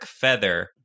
Feather